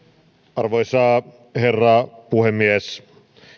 arvoisa herra puhemies